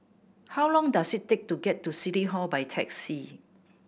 how long does it take to get to City Hall by taxi